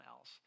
else